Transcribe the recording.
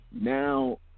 now